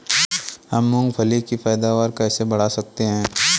हम मूंगफली की पैदावार कैसे बढ़ा सकते हैं?